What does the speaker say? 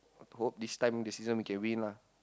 hope this time this season we can win lah